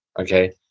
okay